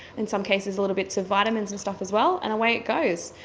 in some cases little bits of vitamins and stuff as well, and away it goes.